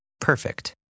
perfect